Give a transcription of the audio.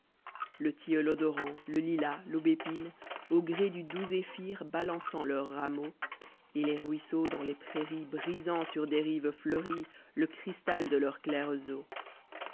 le tilleul odorant le lilas l'aubépine au gré du doux zéphyr balançant leurs rameaux et les ruisseaux dans les prairies brisant sur des rives fleuries le cristal de leurs claires